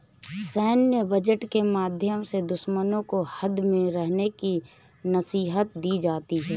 सैन्य बजट के माध्यम से दुश्मनों को हद में रहने की नसीहत दी जाती है